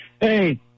Hey